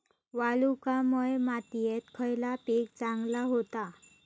वालुकामय मातयेत खयला पीक चांगला होता?